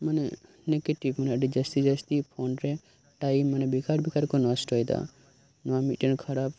ᱢᱟᱱᱮ ᱤᱱᱟᱹᱜ ᱠᱟᱴᱤᱡ ᱠᱷᱚᱱ ᱟᱰᱤ ᱡᱟᱥᱛᱤ ᱡᱟᱥᱛᱤ ᱯᱷᱳᱱ ᱨᱮ ᱴᱟᱭᱤᱢ ᱢᱟᱱᱮ ᱵᱮᱠᱟᱨ ᱵᱮᱠᱟᱨ ᱠᱚ ᱱᱚᱥᱴᱚᱭᱫᱟ ᱱᱚᱶᱟ ᱢᱤᱫ ᱴᱮᱱ ᱠᱷᱟᱨᱟᱯ